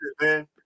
man